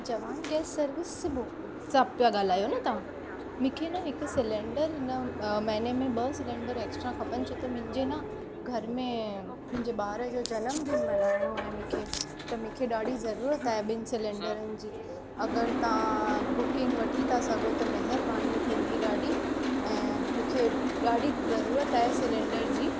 जवान gas service से बो सां पिया ॻाल्हायो न तव्हां मूंखे न हिकु सिलेंडर हिन महिने में ॿ सिलेंडर एक्स्ट्रा खपनि छो त मुंहिंजे न घर में मुंहिंजे ॿार जो जनम दिन मल्हाइणो आहे मूंखे त मूंखे ॾाढी ज़रूरत आहे ॿिनि सिलेंडरनि जी अगरि तव्हां बुकिंग वठी था सघो त महिरबानी थींदी ॾाढी ऐं मूंखे ॾाढी ज़रूरत आहे सिलेंडर जी